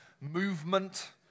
movement